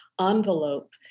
envelope